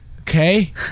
okay